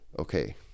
okay